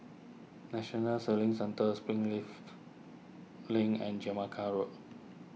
National Sailing Centre Springleaf Link and Jamaica Road